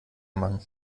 machen